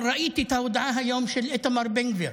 אבל ראיתי היום את ההודעה של איתמר בן גביר.